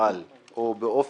אינדיבידואל או באופן